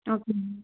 okay ma'am